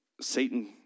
Satan